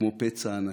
כמו פצע ענקי".